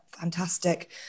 fantastic